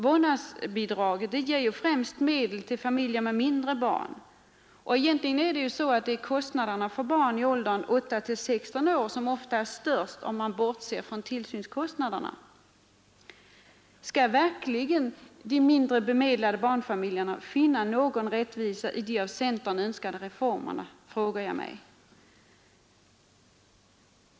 Vårdnadsbidraget ger främst medel till familjer med mindre barn, och egentligen är kostnaderna för barn i åldern 8 — 16 år störst, om man bortser från tillsynskostnaderna. Kan verkligen de mindre bemedlade barnfamiljerna finna någon rättvisa i de av centerpartiet önskade reformerna?